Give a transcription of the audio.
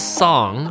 song